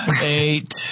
eight